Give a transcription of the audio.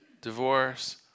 divorce